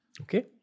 Okay